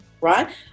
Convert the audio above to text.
right